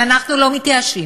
אבל אנחנו לא מתייאשים.